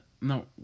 no